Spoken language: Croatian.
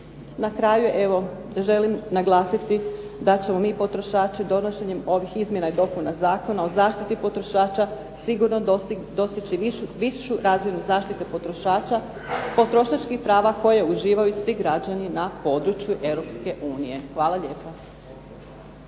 Na kraju, evo želim naglasiti da ćemo mi potrošači donošenjem ovih izmjena i dopuna Zakona o zaštiti potrošača sigurno dostići višu razinu zaštite potrošača, potrošačkih prava koje uživaju svi građani na području Europske unije.